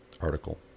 article